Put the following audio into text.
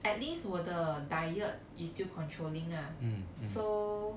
at least 我的 diet is still controlling lah so